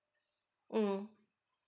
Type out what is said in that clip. mm